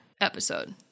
episode